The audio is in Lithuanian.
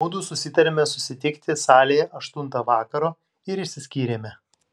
mudu susitarėme susitikti salėje aštuntą vakaro ir išsiskyrėme